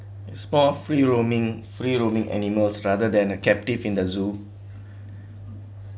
spot free roaming free roaming animals rather than a captive in the zoo